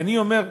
ואני אומר,